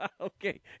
Okay